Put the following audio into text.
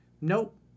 Nope